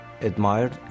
admired